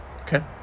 okay